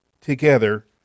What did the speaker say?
together